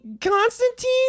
Constantine